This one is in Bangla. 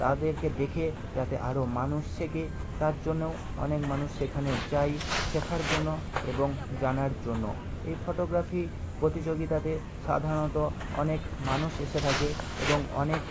তাদেরকে দেখে যাতে আরও মানুষ শেখে তার জন্যও অনেক মানুষ সেখানে যায় শেখার জন্য এবং জানার জন্য এই ফটোগ্রাফি প্রতিযোগিতাতে সাধারণত অনেক মানুষ এসে থাকে এবং অনেক